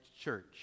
church